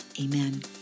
amen